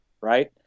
right